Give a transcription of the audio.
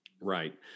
Right